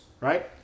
right